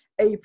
AP